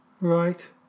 Right